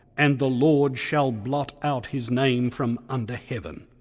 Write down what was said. and the lord shall blot out his name from under heaven.